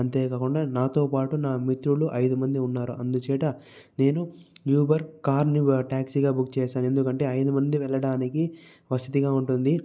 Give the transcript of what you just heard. అంతేకాకుండా నాతో పాటు నా మిత్రులు ఐదు మంది ఉన్నారు అందుచేత నేను ఊబర్ కార్ని ఆ టాక్సీగా బుక్ చేశాను ఎందుకంటే ఐదు మంది వెళ్ళడానికి వసతిగా ఉంటుంది